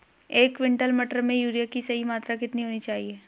एक क्विंटल मटर में यूरिया की सही मात्रा कितनी होनी चाहिए?